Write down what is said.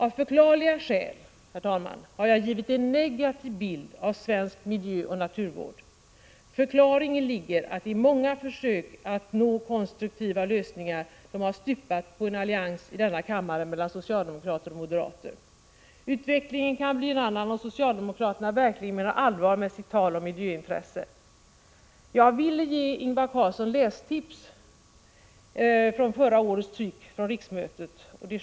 Av förklarliga skäl har jag givit en negativ bild av svensk miljöoch naturvård. Förklaringen till det är att många försök att nå konstruktiva lösningar har stupat på en allians i denna kammare mellan socialdemokrater och moderater. Utvecklingen kan bli en annan om socialdemokraterna verkligen menar allvar med sitt tal om miljöintresse. Jag vill ge Ingvar Carlsson lästips från förra årets tryck från riksmötet.